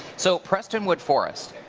so prestonwood forest.